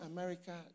America